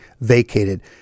vacated